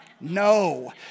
No